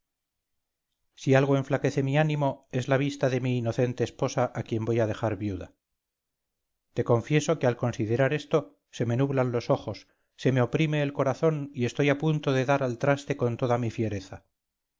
si algo enflaquece mi ánimo es la vista de mi inocente esposa a quien voy a dejar viuda te confieso que al considerar esto se me nublan los ojos se me oprime el corazón y estoy a punto de dar al traste con toda mi fiereza